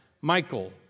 Michael